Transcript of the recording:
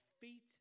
feet